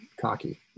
cocky